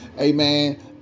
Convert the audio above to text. amen